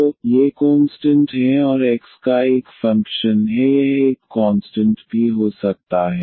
तो ये कोंस्टंट हैं और X x का एक फंक्शन है यह एक कॉन्स्टंट भी हो सकता है